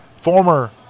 former